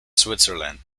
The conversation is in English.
switzerland